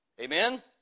Amen